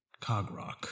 Cogrock